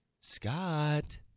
Scott